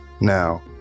Now